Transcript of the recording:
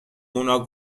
اونا